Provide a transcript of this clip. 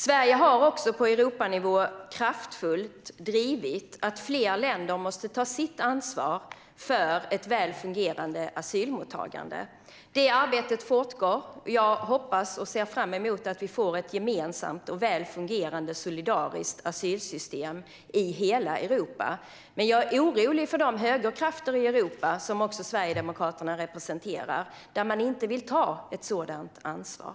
Sverige har också på Europanivå kraftfullt drivit att fler länder måste ta sitt ansvar för ett väl fungerande asylmottagande. Det arbetet fortgår. Jag hoppas och ser fram emot att vi får ett gemensamt och väl fungerande solidariskt asylsystem i hela Europa. Men jag är orolig för de högerkrafter i Europa - vilka även Sverigedemokraterna representerar - som inte vill ta ett sådant ansvar.